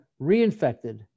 reinfected